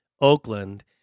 Oakland